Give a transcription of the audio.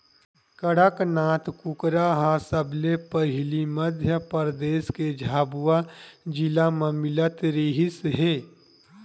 कड़कनाथ कुकरा ह सबले पहिली मध्य परदेस के झाबुआ जिला म मिलत रिहिस हे